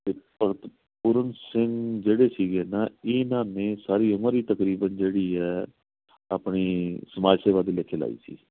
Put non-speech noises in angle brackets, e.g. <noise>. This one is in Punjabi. <unintelligible> ਭਗਤ ਪੂਰਨ ਸਿੰਘ ਜਿਹੜੇ ਸੀਗੇ ਨਾ ਇਹਨਾਂ ਨੇ ਸਾਰੀ ਉਮਰ ਹੀ ਤਕਰੀਬਨ ਜਿਹੜੀ ਹੈ ਆਪਣੀ ਸਮਾਜ ਸੇਵਾ ਦੇ ਵਿੱਚ ਲਾਈ ਸੀ